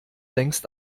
längst